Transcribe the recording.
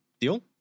deal